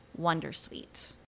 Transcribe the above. wondersuite